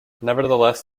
nevertheless